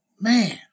Man